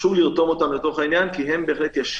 וחשוב לרתום אותם לעניין, כי הם ישלימו